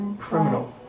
criminal